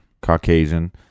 Caucasian